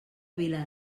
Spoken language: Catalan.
vila